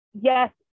yes